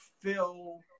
fill